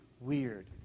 weird